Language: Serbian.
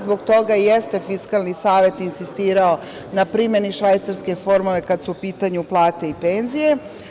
Zbog toga jeste Fiskalni savet insistirao na primeni švajcarske formule kada su u pitanju plate i penzije.